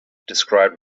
described